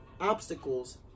obstacles